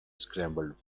scrambled